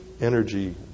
energy